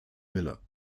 miller